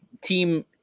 team